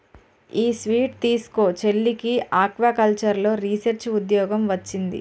ఈ స్వీట్ తీస్కో, చెల్లికి ఆక్వాకల్చర్లో రీసెర్చ్ ఉద్యోగం వొచ్చింది